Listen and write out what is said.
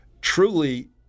truly